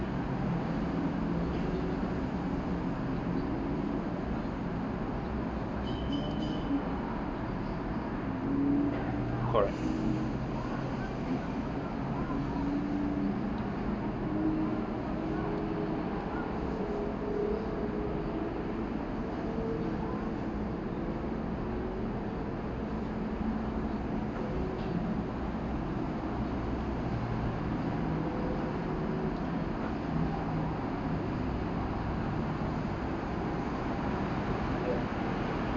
correct